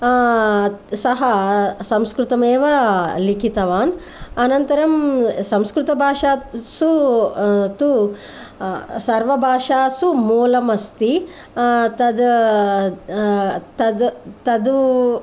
सः संस्कृतम् एव लिखितवान् अनन्तरं संस्कृतभाषासु तु सर्वभाषासु मूलम् अस्ति तत् तत् तत्तु